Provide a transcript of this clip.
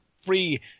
free